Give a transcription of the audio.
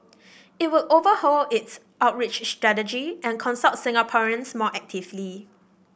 it would overhaul its outreach strategy and consult Singaporeans more actively